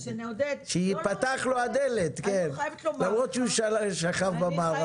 שתיפתח לו הדלת למרות שהוא שכב במארבים.